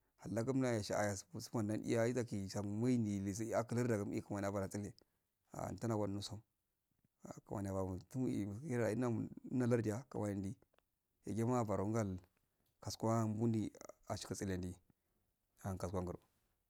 Alla gumnaye shauya akulardgum yaye kinam yafodan tsatse ah tana wannu so ah kumani yabamo tumu'e haira inna inalardiya kawardi ya yamaa barongal kaskwa bundi asqa tselidi ahan kasuwa ngaro.